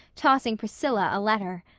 tossing priscilla a letter.